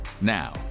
now